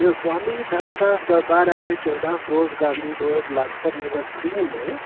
इयो स्वामी धर्म दास दरबार आहे चोॾहं फिरोज गांधी रोड लाजपत नगर थ्री में